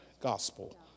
gospel